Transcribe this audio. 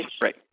right